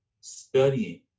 studying